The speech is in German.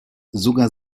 sogar